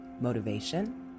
motivation